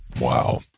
Wow